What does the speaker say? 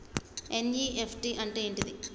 NEFT అంటే ఏంటిది?